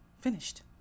finished